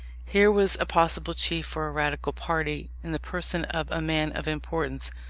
here was a possible chief for a radical party in the person of a man of importance,